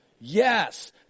Yes